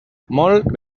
molt